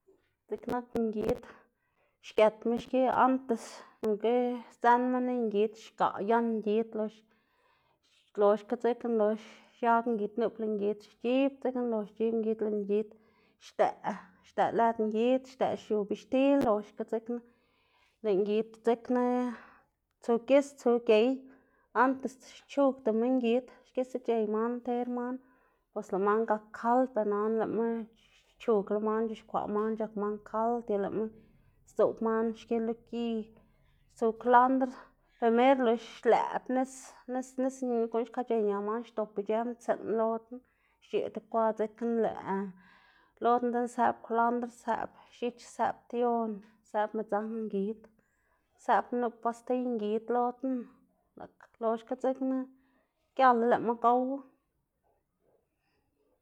dziꞌk nak ngid xgëtma xki antes nonga sdzënma niy ngid xgaꞌ yan ngid lox loxga dzekna lox xiag ngid nup lëꞌ ngid xc̲h̲ib dzekna lox xc̲h̲ib ngid lëꞌ ngid xdëꞌ xdëꞌ lëd ngid xdëꞌ xiu bixtil loxga dzekna lëꞌ ngid dzekna tsu gis tsu gey, antes xchugdama ngid xisa c̲h̲ey man nter man, bos lëꞌ man gak kald, ber nana lëꞌma x- xchugla man c̲h̲ixkwaꞌ man c̲h̲ak man kald y lëꞌma sdzoꞌb man xki lo gi tsu kwlandr, primer lox xlëꞌb nis nis nis guꞌn xka c̲h̲ey ña man, xdop ic̲h̲ë mtsiꞌn lo knu xc̲h̲eꞌ tikwa dzekna lëꞌ lo knu dzekna sëꞌb kwlandr, sëꞌb x̱ich, sëꞌb ption, sëꞌn midzakngngid, sëꞌb nup pastiy ngid lo knuna, lëꞌ loxga dzekna gialo lëꞌma gowu.